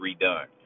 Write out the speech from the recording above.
redone